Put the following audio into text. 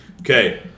Okay